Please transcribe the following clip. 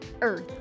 Earth